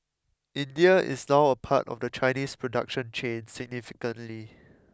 India is now a part of the Chinese production chain significantly